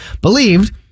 believed